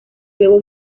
luego